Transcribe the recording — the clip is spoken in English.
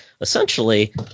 essentially